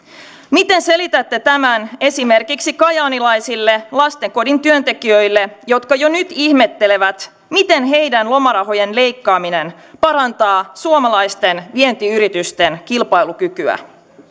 miten selitätte tämän esimerkiksi kajaanilaisille lastenkodin työntekijöille jotka jo nyt ihmettelevät miten heidän lomarahojensa leikkaaminen parantaa suomalaisten vientiyritysten kilpailukykyä